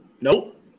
nope